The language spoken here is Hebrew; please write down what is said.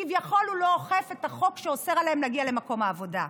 שכביכול הוא לא אוכף את החוק האוסר עליהן להגיע למקום העבודה.